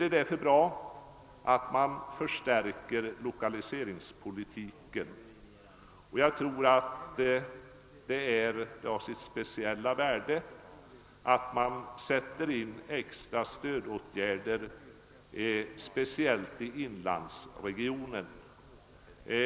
Det är därför bra att man förstärker lokaliseringspolitiken, och jag tror att det har sitt speciella värde att man sätter in extra stödåtgärder speciellt i inlandsregionen.